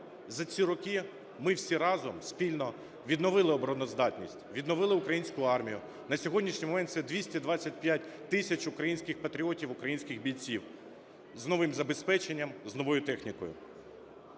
за ці роки ми всі разом спільно відновили обороноздатність, відновили українську армію: на сьогоднішній момент це 225 тисяч українських патріотів, українських бійців з новим забезпеченням, з новою технікою.